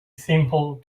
simple